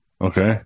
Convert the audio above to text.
Okay